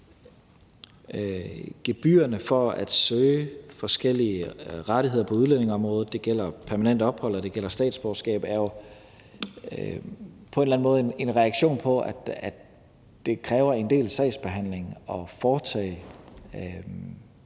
Gebyrerne for at søge forskellige rettigheder på udlændingeområdet – det gælder permanent ophold, og det gælder statsborgerskab – er jo på en eller anden måde en reaktion på, at de her ansøgninger kræver en del sagsbehandling, og at der